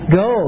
go